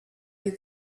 you